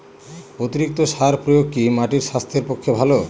অতিরিক্ত সার প্রয়োগ কি মাটির স্বাস্থ্যের পক্ষে ভালো?